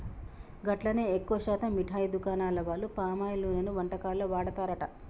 గట్లనే ఎక్కువ శాతం మిఠాయి దుకాణాల వాళ్లు పామాయిల్ నూనెనే వంటకాల్లో వాడతారట